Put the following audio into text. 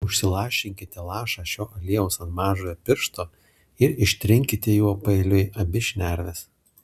užsilašinkite lašą šio aliejaus ant mažojo piršto ir ištrinkite juo paeiliui abi šnerves